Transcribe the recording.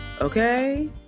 okay